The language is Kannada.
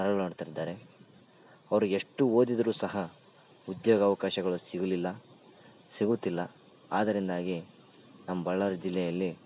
ನರಳಾಡ್ತಿದಾರೆ ಅವರು ಎಷ್ಟು ಓದಿದ್ರು ಸಹ ಉದ್ಯೋಗಾವಕಾಶಗಳು ಸಿಗಲಿಲ್ಲ ಸಿಗುತ್ತಿಲ್ಲ ಅದರಿಂದಾಗಿ ನಮ್ಮ ಬಳ್ಳಾರಿ ಜಿಲ್ಲೆಯಲ್ಲಿ